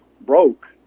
broke